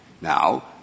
Now